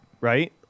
right